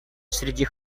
среди